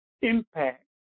impact